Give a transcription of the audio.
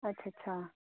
अच्छा अच्छा